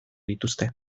dituzte